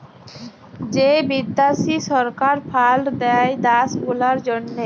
যে বিদ্যাশি সরকার ফাল্ড দেয় দ্যাশ গুলার জ্যনহে